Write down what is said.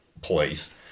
place